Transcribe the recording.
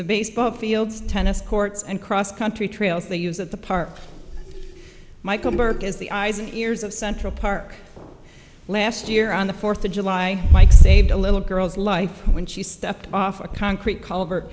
the baseball fields tennis courts and cross country trails they use at the park michael burke is the eyes and ears of central park last year on the fourth of july mike saved a little girl's life when she stepped off a concrete culver